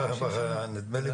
בית ג'ן נדמה לי